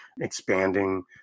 expanding